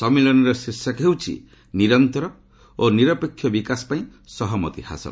ସମ୍ମିଳନୀର ଶୀର୍ଷକ ହେଉଛି 'ନିରନ୍ତର' ଓ 'ନିରପେକ୍ଷ' ବିକାଶ ପାଇଁ ସହମତି ହାସଲ